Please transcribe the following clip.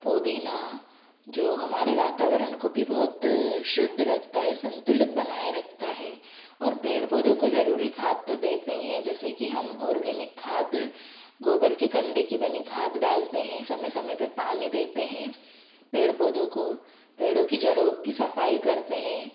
पुदीना जो हमारे वातावरण को भी बहुत शुद्ध रखता है संतुलित बनाए रखता है और पेड़ पौधों को ज़रूरी खाद तो देते ही हैं जैसे कि हम ऑर्गेनिक खाद गोबर के कंडे की बनी खाद डालते है समय समय पर पानी देते हैं पेड़ पौधों को पेड़ों की जड़ों की सफाई करते हैं